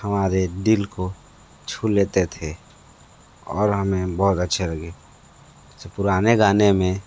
हमारे दिल को छू लेते थे और हमें बहुत अच्छे लगे पुराने गाने में